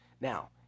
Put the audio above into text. Now